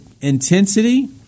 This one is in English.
intensity